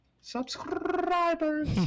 Subscribers